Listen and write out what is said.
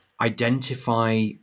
identify